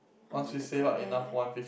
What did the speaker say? oh the girl there